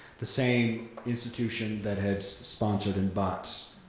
the same institution that had sponsored and bought